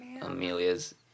Amelia's